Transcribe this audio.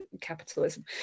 capitalism